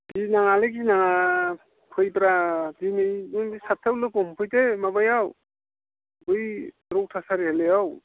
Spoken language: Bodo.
गिनाङालै गिनाङा फैब्रा दिनै नों सातथायाव लोगो हमफैदो माबायाव बै रौथा सारिआलियाव